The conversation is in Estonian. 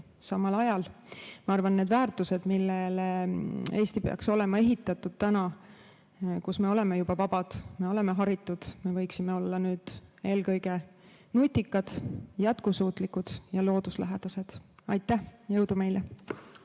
elukvaliteeti. Ma arvan, et need väärtused, millele Eesti peaks olema ehitatud nüüd, kui me oleme juba vabad ja oleme haritud, on, et nüüd võiksime olla eelkõige nutikad, jätkusuutlikud ja looduslähedased. Aitäh! Jõudu meile!